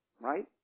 right